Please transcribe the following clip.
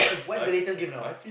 what's the latest gift now